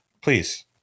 please